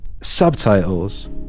subtitles